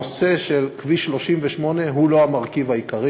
הנושא של כביש 38 הוא לא המרכיב העיקרי